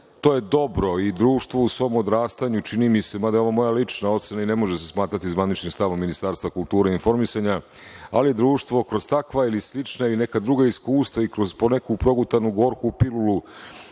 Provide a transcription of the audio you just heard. to je dobro i društvo u svom odrastanju, čini mi se, mada je ovo moja lična ocena i ne može se smatrati zvaničnim stavom Ministarstva kulture i informisanja, ali društvo kroz takva ili slična ili neka druga iskustva i kroz neku progutanu gorku pilulu